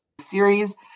series